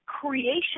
creation